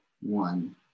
one